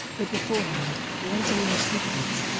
but beforehand, wanting no secrets,